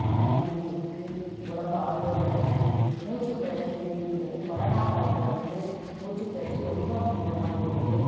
மன நிம்மதி இருக்குது உடம்பு ஆரோக்கியம் இருக்குது மூச்சு பயிற்சின்றது கொரோனா காலத்தில் வந்து மூச்சுப்பயிற்சி ரொம்ப முக்கியமாக இருந்தது